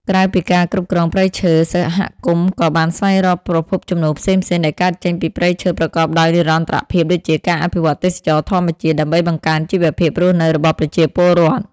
ក្រៅពីការគ្រប់គ្រងព្រៃឈើ សហគមន៍ក៏បានស្វែងរកប្រភពចំណូលផ្សេងៗដែលកើតចេញពីព្រៃឈើប្រកបដោយនិរន្តរភាពដូចជាការអភិវឌ្ឍទេសចរណ៍ធម្មជាតិ ដើម្បីបង្កើនជីវភាពរស់នៅរបស់ប្រជាពលរដ្ឋ។